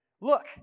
Look